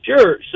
Sure